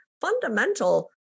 fundamental